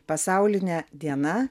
pasaulinė diena